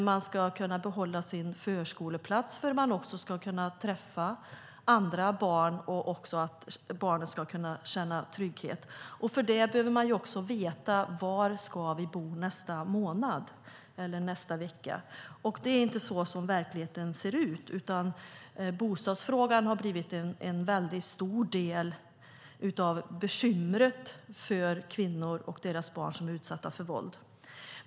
Man ska kunna behålla sin förskoleplats för att barnen ska kunna träffa andra barn och att barnen ska kunna känna trygghet. För det behöver man veta var man ska bo nästa månad eller nästa vecka. Det är inte så som verkligheten ser ut, utan bostadsfrågan har blivit en väldigt stor del av bekymret för kvinnor och deras barn som är utsatta för våld.